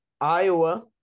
Iowa